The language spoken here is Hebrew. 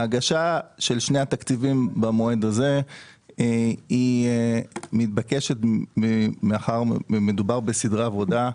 ההגשה של שני התקציבים במועד הזה היא מתבקשת מאחר ומדובר בסדרי עבודה.